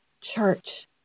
church